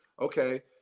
Okay